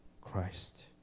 Christ